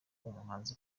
umuhanzi